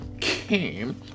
came